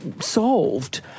solved